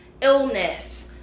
illness